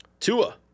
Tua